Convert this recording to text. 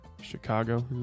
Chicago